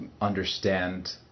understand